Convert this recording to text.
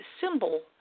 symbol